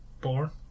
Born